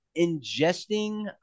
ingesting